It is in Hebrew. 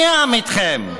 מי העם איתכם?